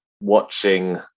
watching